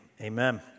amen